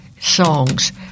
songs